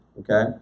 okay